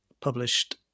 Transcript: published